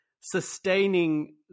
sustaining